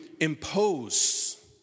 impose